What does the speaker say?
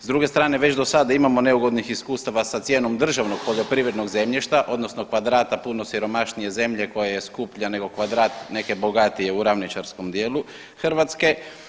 S druge strane već do sada imamo neugodnih iskustava sa cijenom državnog poljoprivrednog zemljišta, odnosno kvadrata puno siromašnije zemlje koja je skuplja nego kvadrat neke bogatije u ravničarskom dijelu Hrvatske.